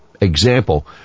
Example